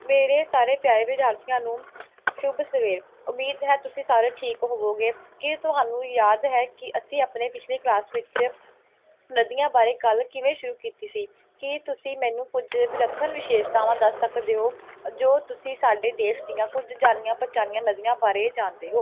ਮੇਰੇ ਸਾਰੇ ਪਿਆਰੇ ਵਿਦਿਆਰਥੀਆਂ ਨੂੰ ਸ਼ੁਭ ਸਵੇਰ ਉਮੀਦ ਹੈ ਤੁਸੀਂ ਸਾਰੇ ਠੀਕ ਹੋਵੋਗੇ ਕੀ ਤੁਹਾਨੂੰ ਯਾਦ ਹੈ ਕਿ ਅਸੀਂ ਆਪਣੀ ਪਿਛਲੀ ਕਲਾਸ ਵਿੱਚ ਨਦੀਆਂ ਬਾਰੇ ਗੱਲ ਕਿਵੇਂ ਸ਼ੁਰੂ ਕੀਤੀ ਸੀ ਕੀ ਤੁਸੀਂ ਮੈਨੂੰ ਕੁਝ ਵਿਲੱਖਣ ਵਿਸ਼ੇਸ਼ਤਾਵਾਂ ਦੱਸ ਸਕਦੇ ਹੋ ਜੋ ਤੁਸੀਂ ਸਾਡੇ ਦੇਸ਼ ਦੀਆਂ ਕੁਝ ਜਾਣੀਆਂ ਪਛਾਣੀਆਂ ਨਦੀਆਂ ਬਾਰੇ ਜਾਣਦੇ ਹੋ